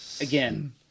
Again